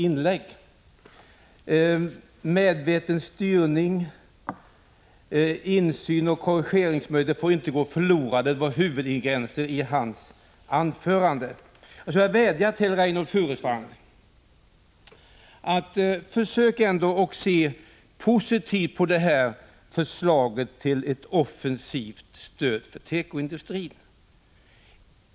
Han talade om medveten styrning och sade att insynsoch korrigeringsmöjligheterna inte får gå förlorade — det var huvudingredienserna i hans anförande. Jag skulle vilja vädja till Reynoldh Furustrand att försöka se positivt på förslaget till ett offensivt stöd till tekoindustrin.